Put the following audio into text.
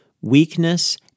weakness